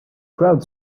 crowd